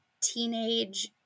teenage